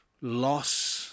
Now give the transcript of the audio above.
loss